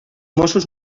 mossos